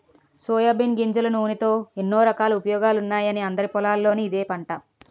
soybean గింజల నూనెతో ఎన్నో రకాల ఉపయోగాలున్నాయని అందరి పొలాల్లోనూ ఇదే పంట